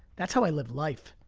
that's how i live life.